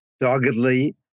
doggedly